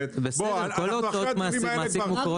כל הוצאות המעסיק מוכרות לו כהוצאה מוכרת.